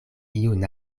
iun